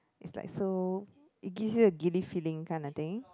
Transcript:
it's like so it gives you a giddy feeling kind of thing